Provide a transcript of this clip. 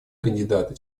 кандидаты